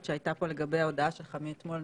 שהייתה פה לגבי ההודעה שלך מאתמול,